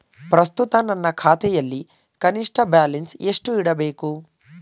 ಪ್ರಸ್ತುತ ನನ್ನ ಖಾತೆಯಲ್ಲಿ ಕನಿಷ್ಠ ಬ್ಯಾಲೆನ್ಸ್ ಎಷ್ಟು ಇಡಬೇಕು?